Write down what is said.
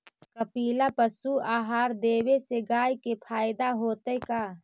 कपिला पशु आहार देवे से गाय के फायदा होतै का?